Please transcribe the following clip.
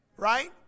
right